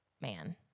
man